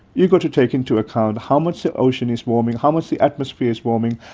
you've got to take into account how much the ocean is warming, how much the atmosphere is warming,